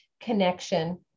connection